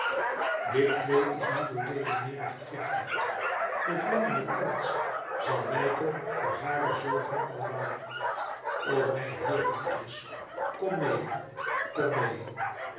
dit kleed is niet door deianeira vergiftigd de vlammende koorts zal wijken voor hare zorgen aldaar o mijn herakles kom meê kom meê